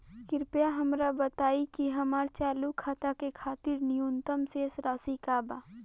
कृपया हमरा बताइ कि हमार चालू खाता के खातिर न्यूनतम शेष राशि का बा